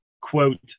quote